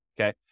okay